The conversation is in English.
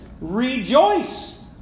Rejoice